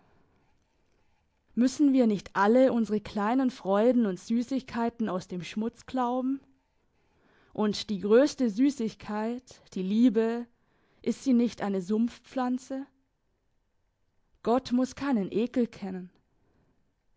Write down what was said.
müssen wir nicht alle unsere kleinen freuden und süssigkeiten aus dem schmutz klauben und die grösste süssigkeit die liebe ist sie nicht eine sumpfpflanze gott muss keinen ekel kennen